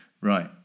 right